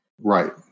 Right